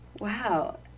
Wow